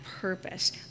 purpose